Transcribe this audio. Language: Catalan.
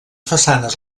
façanes